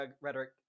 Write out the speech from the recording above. rhetoric